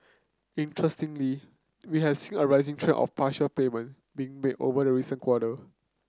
interestingly we have seen a rising trend of partial payment being made over the recent quarter